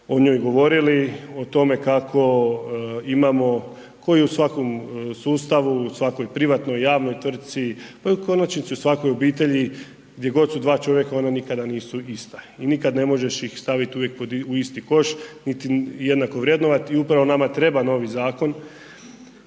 o njoj govorili o tome kako imamo kao i u svakom sustavu, u svakoj privatnoj, javnoj tvrtci pa u konačnici u svakoj obitelji gdje god su dva čovjeka, ona nikada nisu ista i nikada ih ne možeš stavit uvijek u isti koš niti jednako vrednovati u pravo nama treba novi zakon